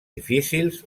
difícils